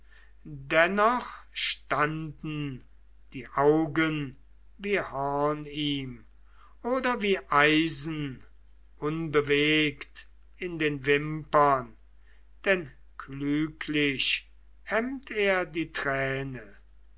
dennoch standen die augen wie horn ihm oder wie eisen unbewegt in den wimpern denn klüglich hemmt er die träne